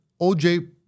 OJ